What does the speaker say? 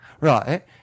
Right